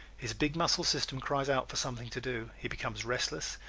his big muscle system cries out for something to do. he becomes restless,